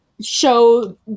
show